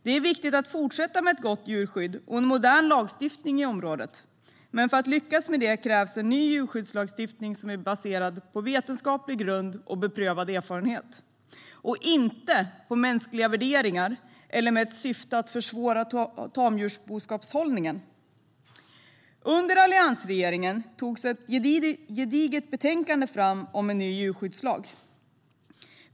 Det är viktigt att fortsätta med ett gott djurskydd och med en modern lagstiftning på området. För att lyckas med det krävs en ny djurskyddslagstiftning som är baserad på vetenskaplig grund och beprövad erfarenhet och inte på mänskliga värderingar eller syftet att försvåra tamboskapshållning. Under alliansregeringen togs ett gediget betänkande fram om en ny djurskyddslag.